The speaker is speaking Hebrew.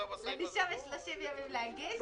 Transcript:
לנישום יש 30 ימים להגיש,